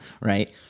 right